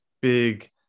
big